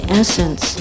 essence